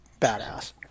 badass